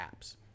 apps